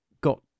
got